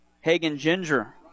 Hagen-Ginger